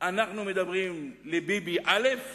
אנחנו מדברים לביבי א'